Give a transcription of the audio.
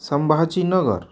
Sambhajinagar